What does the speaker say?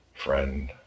friend